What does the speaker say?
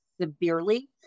severely